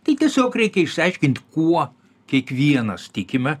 tai tiesiog reikia išaiškint kuo kiekvienas tikime